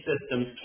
systems